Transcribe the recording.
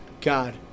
God